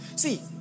See